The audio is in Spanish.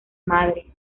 madre